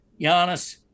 Giannis